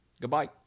goodbye